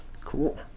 cool